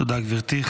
תודה, גברתי.